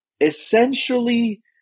essentially